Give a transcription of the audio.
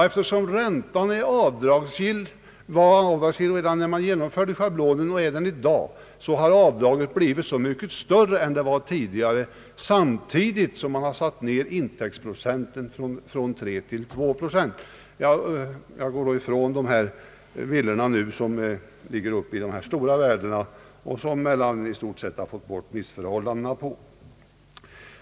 Eftersom räntan hela tiden varit avdragsgill, har avdraget blivit så mycket större än tidigare, samtidigt som intäktsprocenten minskats från 3 till 2 procent. Jag talar nu inte om de stora, dyra villorna där vi nu i alla fall i stort sett fått bort missförhållandena.